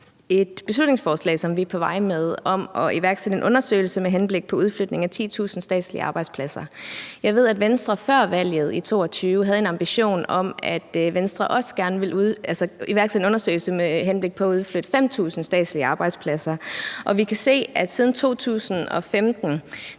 et beslutningsforslag, vi er på vej med, om at iværksætte en undersøgelse med henblik på udflytning af 10.000 statslige arbejdspladser. Jeg ved, at Venstre før valget i 2022 havde en ambition om at iværksætte en undersøgelse med henblik på at udflytte 5.000 statslige arbejdspladser, og vi kan se, at siden 2015